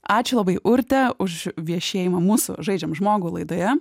ačiū labai urte už viešėjimą mūsų žaidžiam žmogų laidoje